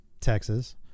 Texas